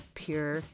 pure